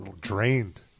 drained